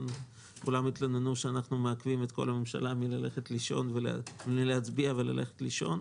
כולם התלוננו שאנחנו מעכבים את כל הממשלה מלהצביע וללכת לישון,